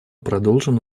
продолжим